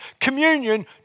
communion